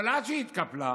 אבל עד שהיא התקפלה,